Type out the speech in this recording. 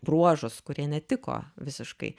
bruožus kurie netiko visiškai